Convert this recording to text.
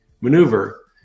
maneuver